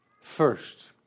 first